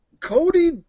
Cody